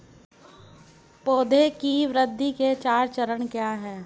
पौधे की वृद्धि के चार चरण क्या हैं?